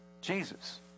Jesus